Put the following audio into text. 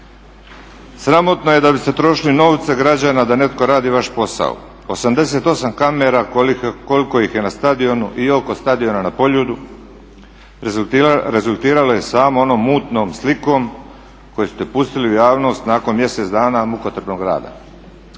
Sramotno je da biste trošili novce građana da netko radi vaš posao. 88 kamera koliko ih je na stadionu i oko stadiona na Poljudu rezultiralo je samo onom mutnom slikom koju ste pustili u javnost nakon mjesec dana mukotrpnog rada.